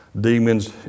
demons